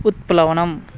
उत्प्लवनम्